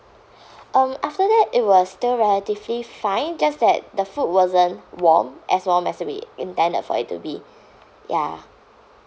um after that it was still relatively fine just that the food wasn't warm as warm as we intended for it to be ya